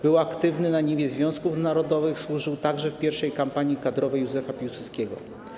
Był aktywny na niwie związków narodowych, służył także w Pierwszej Kompanii Kadrowej Józefa Piłsudskiego.